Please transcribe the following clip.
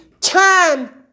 Time